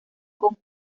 con